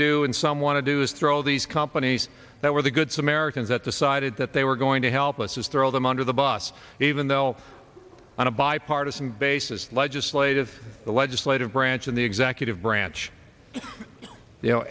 do and some want to do is throw these companies that were the good samaritans that decided that they were going to help us throw them under the bus even though on a bipartisan basis legislative the legislative branch and the executive branch